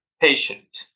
patient